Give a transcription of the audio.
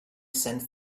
saint